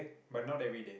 but not everyday